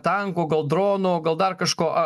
tanko gal drono gal dar kažko